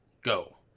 Go